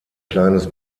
kleines